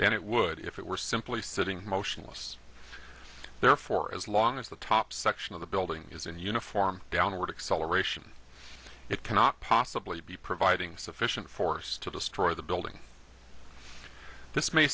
then it would if it were simply sitting motionless therefore as long as the top section of the building is in uniform downward acceleration it cannot possibly be providing sufficient force to destroy the building this may